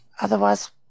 otherwise